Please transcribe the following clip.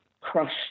crushed